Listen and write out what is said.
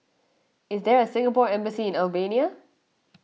is there a Singapore Embassy in Albania